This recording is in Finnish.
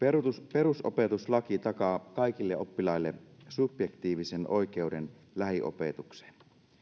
perusopetuslaki takaa kaikille oppilaille subjektiivisen oikeuden lähiopetukseen